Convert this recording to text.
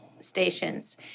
stations